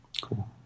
Cool